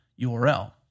URL